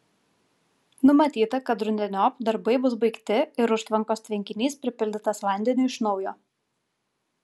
numatyta kad rudeniop darbai bus baigti ir užtvankos tvenkinys pripildytas vandeniu iš naujo